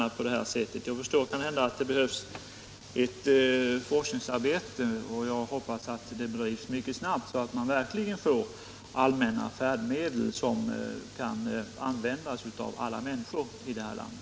Jag förstår att det kanhända behövs ett forskningsarbete, och jag hoppas att det bedrivs mycket snabbt så att vi verkligen kan få allmänna färdmedel som kan användas av alla människor i det här landet.